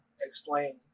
explain